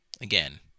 again